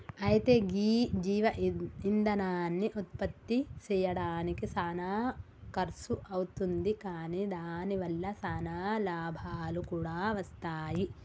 అయితే గీ జీవ ఇందనాన్ని ఉత్పప్తి సెయ్యడానికి సానా ఖర్సు అవుతుంది కాని దాని వల్ల సానా లాభాలు కూడా వస్తాయి